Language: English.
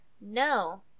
No